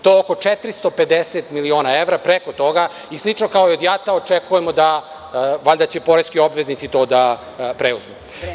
To je oko 450 miliona evra preko toga i slično kao i od JAT-a očekujemo da poreski obveznici to preuzmu.